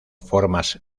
formas